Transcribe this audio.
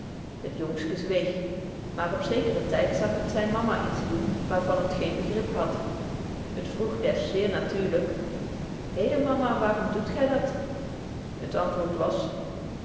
het jongske zweeg maar op zekeren tyd zag het zyne mama iets doen waar van het geen begrip hadt het vroeg des zeer natuurlyk hede mama waarom doet gy dat het antwoord was